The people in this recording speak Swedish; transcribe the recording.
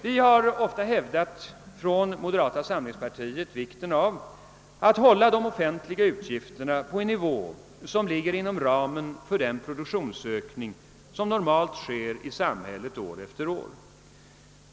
Vi har från moderata samlingspartiet ofta hävdat vikten av att hålla de offentliga utgifterna på en nivå som ligger inom ramen för den produktionsökning som normalt sker i samhället år efter år.